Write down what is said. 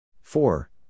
Four